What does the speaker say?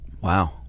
Wow